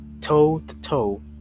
toe-to-toe